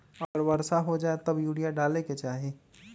अगर वर्षा हो जाए तब यूरिया डाले के चाहि?